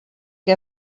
que